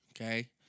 okay